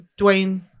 Dwayne